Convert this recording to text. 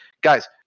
guys